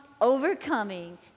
overcoming